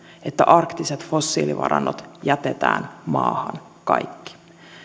että arktiset fossiilivarannot jätetään maahan kaikki